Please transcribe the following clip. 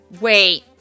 Wait